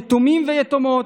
יתומים ויתומות,